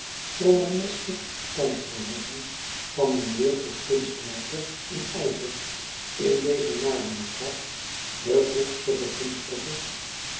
romaneske standverhooging van een jeugdig kunstwerker in ijzer in deze nabuurschap de vroegste begunstiger